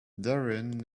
darren